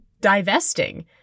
divesting